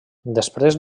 després